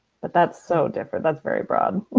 but that's so different. that's very broad.